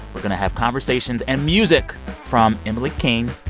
we're going to have conversations and music from emily king,